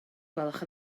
gwelwch